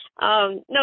no